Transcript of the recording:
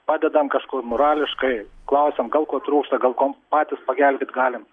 padedam kažkur morališkai klausiam gal ko trūksta gal kuom patys pagelbėt galim